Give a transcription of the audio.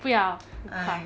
不要不怕